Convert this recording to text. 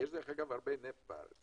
הרבה נפט בארץ.